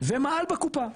ומעל בקופה,